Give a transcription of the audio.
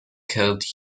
called